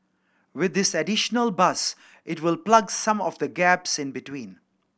with this additional bus it will plug some of the gaps in between